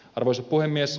arvoisa puhemies